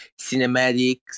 cinematics